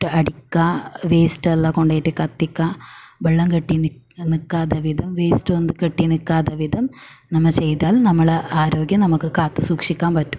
അടിക്കാ വേസ്റ്റ് എല്ലാം കൊണ്ടോയിട്ട് കത്തിക്കുക വെള്ളം കെട്ടി നിക്ക നിൽക്കാതെ വിധം വേസ്റ്റ് ഒന്നും കെട്ടി നിൽക്കാതെ വിധം നമ്മൾ ചെയ്താൽ നമ്മുടെ ആരോഗ്യം നമുക്ക് കാത്തുസൂക്ഷിക്കാൻ പറ്റും